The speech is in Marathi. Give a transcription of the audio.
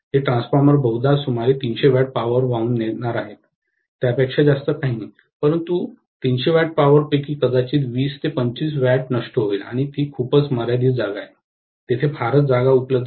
ते ट्रान्सफॉर्मर बहुधा सुमारे 300 W पॉवर वाहून नेणार आहे त्यापेक्षा जास्त काही नाही परंतु 300 W पॉवर पैकी कदाचित 20 25 W नष्ट होईल आणि ती खूपच मर्यादित जागा आहे तेथे फारच जागा उपलब्ध नाही